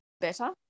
better